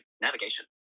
navigation